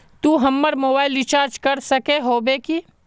तू हमर mobile recharge कर सके होबे की?